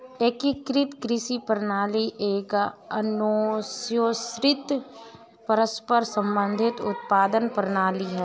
एकीकृत कृषि प्रणाली एक अन्योन्याश्रित, परस्पर संबंधित उत्पादन प्रणाली है